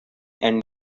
and